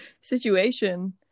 situation